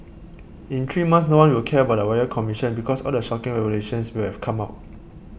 in three months no one will care about the Royal Commission because all the shocking revelations will have come out